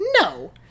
No